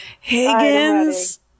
Higgins